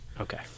Okay